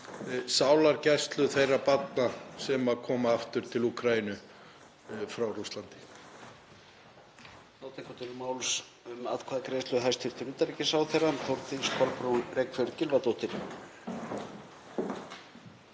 sálgæslu þeirra barna sem koma aftur til Úkraínu frá Rússlandi.